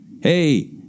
Hey